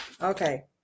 Okay